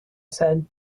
said